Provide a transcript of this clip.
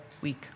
week